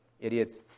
Idiots